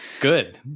Good